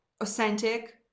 authentic